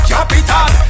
Capital